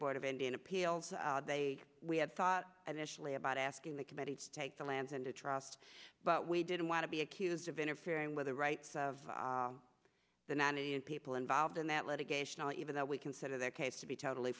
board of indian appeals they we had thought initially about asking the committee to take the lands and a trust but we didn't want to be accused of interfering with the rights of the nanny and people involved in that let a geisha not even though we consider their case to be totally